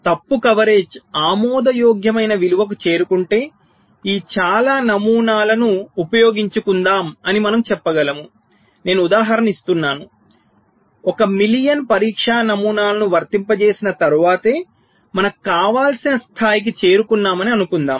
తప్పు కవరేజ్ ఆమోదయోగ్యమైన విలువకు చేరుకుంటే ఈ చాలా నమూనాలను ఉపయోగించుకుందాం అని మనం చెప్పగలను నేను ఉదాహరణ ఇస్తున్నాను 1 మిలియన్ పరీక్షా నమూనాలను వర్తింపజేసిన తర్వాతే మనకు కావాల్సిన స్థాయికి చేరుకున్నామని అనుకుందాం